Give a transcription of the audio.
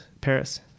Paris